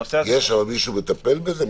הנושא הזה --- אבל מישהו מטפל בזה?